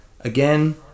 Again